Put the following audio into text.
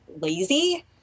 lazy